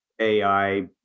AI